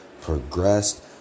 progressed